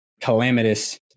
calamitous